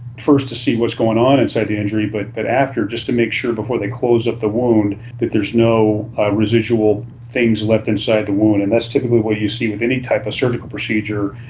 first to see what's going on inside the injury, but after just to make sure before they close up the wound that there is no residual things left inside the wound. and that's typically what you see with any type of surgical procedure,